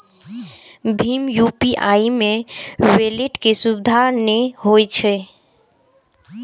भीम UPI मे wallet के सुविधा नै होइ छै